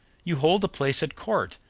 you hold a place at court.